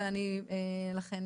הצבעה בעד 2 נגד 0 נמנעים אין אושר.